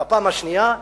בפעם השנייה,